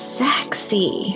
sexy